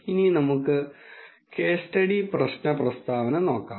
ഇനി നമുക്ക് case study പ്രശ്ന പ്രസ്താവന നോക്കാം